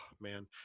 Man